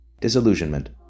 Disillusionment